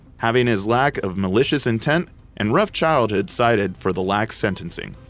having his lack of malicious intent and rough childhood cited for the lax sentencing.